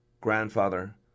grandfather